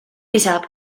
lisab